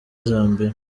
zambia